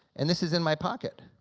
and this is in my pocket,